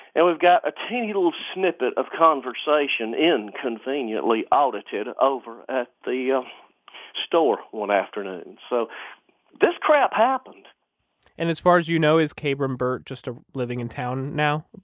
and we've got a teeny little snippet of conversation inconveniently audited over at the ah store one afternoon. so this crap happened and as far as you know, is kabrahm burt just ah living in town now?